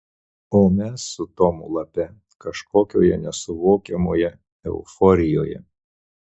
o mes su tomu lape kažkokioje nesuvokiamoje euforijoje